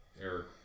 Eric